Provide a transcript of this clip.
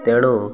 ତେଣୁ